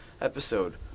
episode